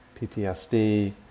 PTSD